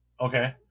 okay